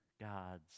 God's